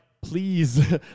please